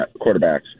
quarterbacks